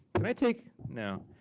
can i take, no.